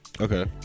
okay